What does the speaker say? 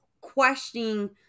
questioning